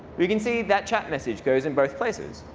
we can see that chat message goes in both places.